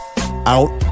out